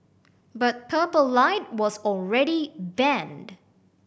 but Purple Light was already banned